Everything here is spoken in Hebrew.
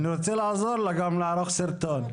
אני רוצה לעזור לה גם לערוך סרטון.